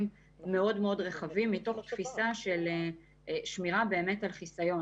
מאוד רחבים מתוך תפיסה של שמירה על חיסיון,